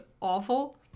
awful